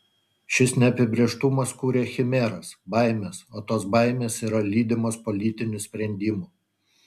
šis neapibrėžtumas kuria chimeras baimes o tos baimės yra lydimos politinių sprendimų